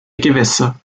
gewässer